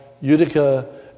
Utica